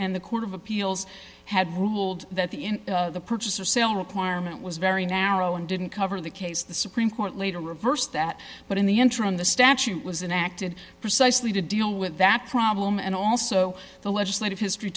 court of appeals had ruled that the in the purchase or sale requirement was very narrow and didn't cover the case the supreme court later reversed that but in the interim the statute was in acted precisely to deal with that problem and also the legislative history